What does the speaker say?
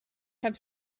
have